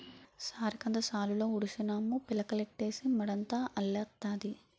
సారికంద సాలులో ఉడిసినాము పిలకలెట్టీసి మడంతా అల్లెత్తాది